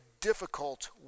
difficult